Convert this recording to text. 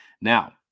Now